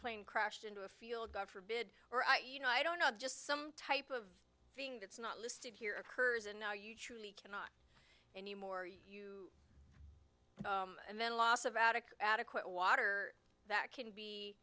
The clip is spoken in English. airplane crashed into a field god forbid or you know i don't know just some type of thing that's not listed here occurs and now you truly cannot anymore you and then a loss of out of adequate water that can be